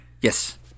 Yes